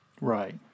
Right